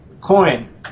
coin